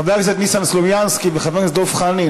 חבר הכנסת ניסן סלומינסקי וחבר הכנסת דב חנין,